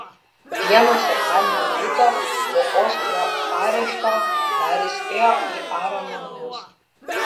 vieną sekmadienio rytą po oskaro arešto baris ėjo į aarono namus